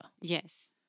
Yes